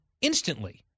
instantly